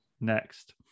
next